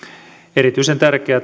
erityisen tärkeää